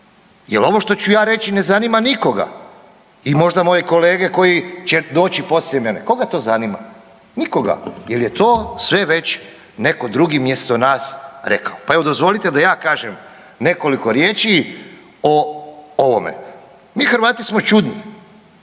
jer ovo što ću ja reći ne zanima nikoga i možda moji kolege koji će doći poslije mene. Nikoga, jer je to sve već netko drugi mjesto nas rekao. Pa evo dozvolite da ja kažem nekoliko riječi o ovome. Mi Hrvati smo čudni.